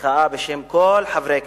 בשם כל חברי הכנסת,